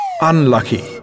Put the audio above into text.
Unlucky